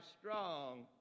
strong